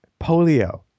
Polio